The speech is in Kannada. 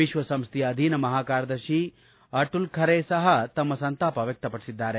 ವಿಕ್ಷಸಂಸ್ಲೆಯ ಅಧೀನ ಮಹಾಕಾರ್ಯದರ್ಶಿ ಅಟುಲ್ ಖರೆ ಸಹ ತಮ್ನ ಸಂತಾಪ ವ್ವಕಪಡಿಸಿದ್ಗಾರೆ